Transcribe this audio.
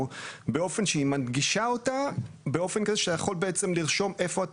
באופן שהיא מנגישה אותה באופן כזה שיכול בעצם לרשום איפה אתה